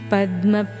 Padma